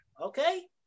okay